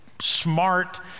smart